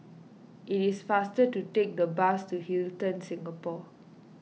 it is faster to take the bus to Hilton Singapore